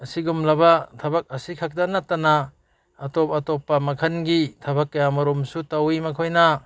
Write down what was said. ꯑꯁꯤꯒꯨꯝꯂꯕ ꯊꯕꯛ ꯑꯁꯤꯈꯛꯇ ꯅꯠꯇꯅ ꯑꯇꯣꯞ ꯑꯇꯣꯞꯄ ꯃꯈꯜꯒꯤ ꯊꯕꯛ ꯀꯌꯥꯃꯔꯣꯝꯁꯨ ꯇꯧꯋꯤ ꯃꯈꯣꯏꯅ